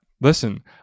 listen